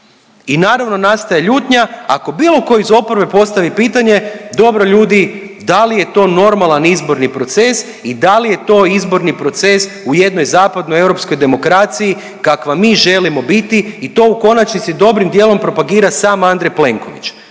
I naravno nastaje ljutnja ako bilo ko iz oporbe postavi pitanje, dobro ljudi da li je to normalan izborni proces i da li je to izborni proces u jednoj zapadnoj europskoj demokraciji kakva mi želimo biti i to u konačnici dobrim dijelom propagira sam Andrej Plenković,